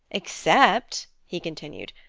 except, he continued,